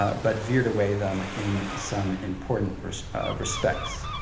ah but veered away, then, in some important respects.